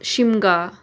Shimga